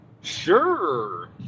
Sure